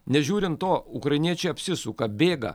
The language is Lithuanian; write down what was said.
nežiūrint to ukrainiečiai apsisuka bėga